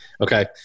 Okay